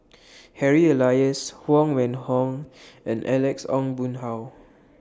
Harry Elias Huang Wenhong and Alex Ong Boon Hau